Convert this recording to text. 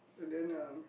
and then uh